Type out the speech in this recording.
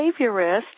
behaviorist